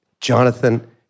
Jonathan